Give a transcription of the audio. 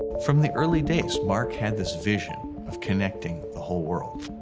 from the early days, mark had this vision of connecting the whole world.